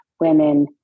women